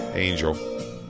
Angel